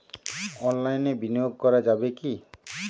অনলাইনে বিনিয়োগ করা যাবে কি?